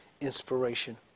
inspiration